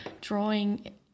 drawing